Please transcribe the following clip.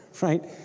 right